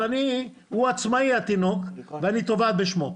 אבל התינוק הוא עצמאי ואני תובעת בשמו.